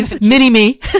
Mini-me